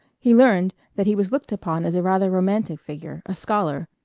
he learned that he was looked upon as a rather romantic figure, a scholar,